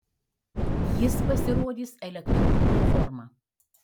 jis pasirodys elektronine forma